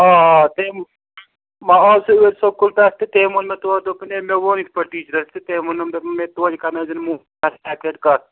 آ آ تٔمۍ وۅنۍ آو سُہ ٲدۍ سکوٗل پٮ۪ٹھٕ تہٕ تٔمۍ ووٚن مےٚ تورٕ دوٚپُن ہے مےٚ ووٚن یِتھٕ پٲٹھۍ ٹیٖچرَس تہٕ تٔمۍ ووٚننَم دوٚپُن مےٚ توتہِ کَرنٲوزٮ۪ن مول مےٚ سۭتۍ اَکہِ لَٹہِ کتھ